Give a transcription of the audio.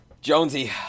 Jonesy